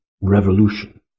revolution